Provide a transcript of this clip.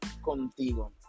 contigo